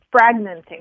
fragmenting